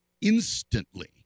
instantly